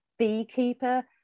beekeeper